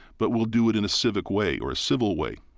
but we'll do it in a civic way or a civil way.